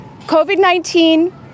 COVID-19